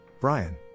Brian